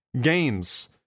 games